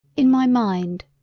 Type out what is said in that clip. in my mind,